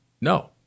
No